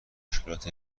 مشکلات